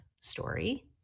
story